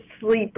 sleep